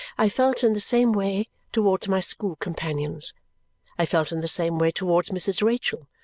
i felt in the same way towards my school companions i felt in the same way towards mrs. rachael,